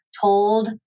told